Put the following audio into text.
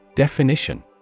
Definition